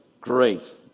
Great